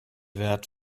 wert